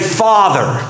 father